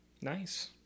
Nice